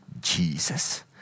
Jesus